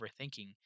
overthinking